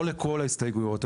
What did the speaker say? לא לכל ההסתייגויות,